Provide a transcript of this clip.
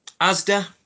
Asda